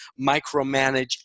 micromanage